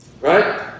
Right